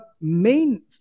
main